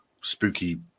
spooky